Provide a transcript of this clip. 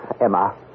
Emma